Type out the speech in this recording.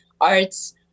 arts